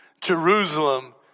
Jerusalem